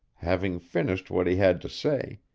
having finished what he had to say,